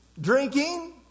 drinking